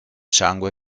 sangue